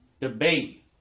debate